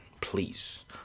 please